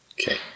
Okay